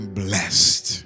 blessed